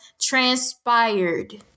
transpired